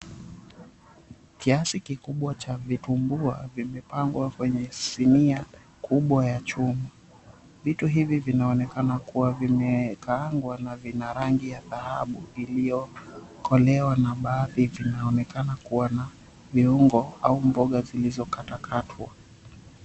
Kiasi kikubwa cha vitumbua vimepangwa kwenye sinia kubwa ya chuma. Vitu hivi vinaonekana kuwa vimekaangwa na vina rangi ya dhahabu iliyokolewa na baadhi vinaonekana kuwa na viungo au mboga zilizokatwakatwa.